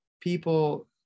people